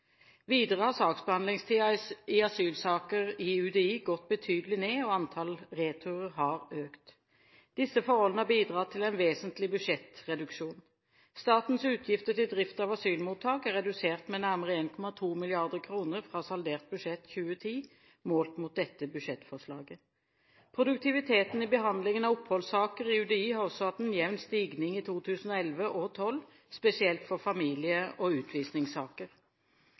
Videre har saksbehandlingstiden i asylsaker i UDI gått betydelig ned, og antall returer har økt. Disse forholdene har bidratt til en vesentlig budsjettreduksjon. Statens utgifter til drift av asylmottak er redusert med nærmere 1,2 mrd. kr fra saldert budsjett 2010 målt mot dette budsjettforslaget. Produktiviteten i behandlingen av oppholdssaker i UDI har også hatt en jevn stigning i 2011 og 2012, spesielt når det gjelder familie- og utvisningssaker.